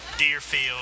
Deerfield